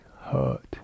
hurt